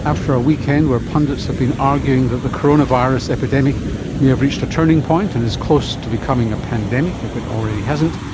after a weekend where pundits have been arguing that the coronavirus epidemic may have reached a turning point and is close to becoming a pandemic, if it already hasn't,